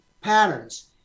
patterns